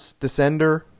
Descender